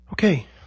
Okay